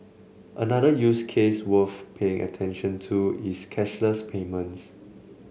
another use case worth paying attention to is cashless payments